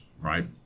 right